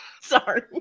Sorry